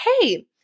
hey